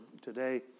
today